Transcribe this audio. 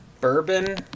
Bourbon